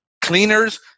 cleaners